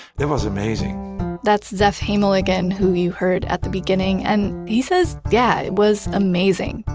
it was amazing that's zef hemel again, who you heard at the beginning and he says, yeah, it was amazing,